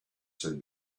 said